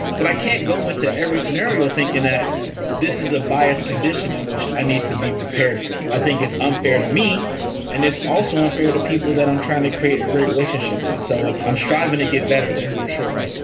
but i can't go to every scenario thinking that this is a biased condition in which i need to be prepared for. i think it's unfair to me and it's also unfair to people that i'm trying to create a relationship with. so ah i'm striving to get better there for sure